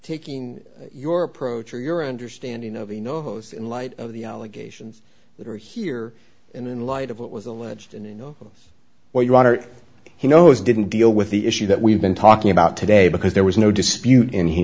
taking your approach or your understanding of a no host in light of the allegations that are here and in light of what was alleged and you know what you are he knows didn't deal with the issue that we've been talking about today because there was no dispute and he